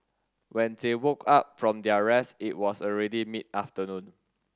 when they woke up from their rest it was already mid afternoon